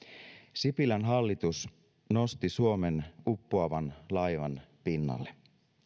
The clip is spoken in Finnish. sipilän hallitus nosti suomen uppoavan laivan pinnalle